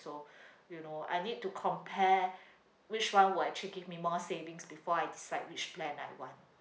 so you know I need to compare which one will actually give me more savings before I decide which plan I want